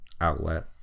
outlet